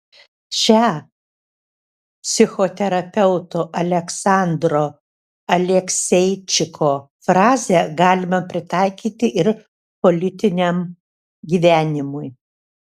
šią psichoterapeuto aleksandro alekseičiko frazę galima pritaikyti ir politiniam gyvenimui